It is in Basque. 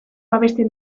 babesten